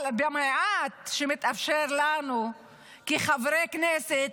אבל במעט שמתאפשר לנו כחברי כנסת,